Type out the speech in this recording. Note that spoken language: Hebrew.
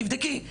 תבדקי,